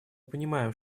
понимаем